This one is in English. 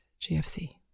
GFC